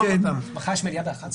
מחר יש מליאה ב-11:00.